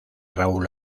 raúl